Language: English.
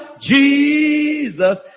Jesus